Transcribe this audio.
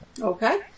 Okay